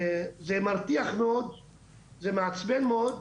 הדבר הזה מאוד מרתיח ומעצבן מאוד,